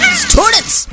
students